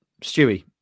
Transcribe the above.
Stewie